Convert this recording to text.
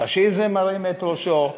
הפאשיזם מרים את ראשו,